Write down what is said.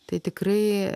tai tikrai